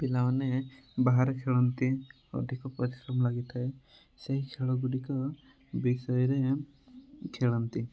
ପିଲାମାନେ ବାହାରେ ଖେଳନ୍ତି ଅଧିକ ପରିଶ୍ରମ ଲାଗିଥାଏ ସେହି ଖେଳ ଗୁଡ଼ିକ ବିଷୟରେ ଖେଳନ୍ତି